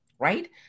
Right